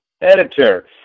editor